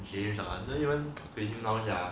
james ya I don't even talk to him now sia